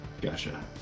Gotcha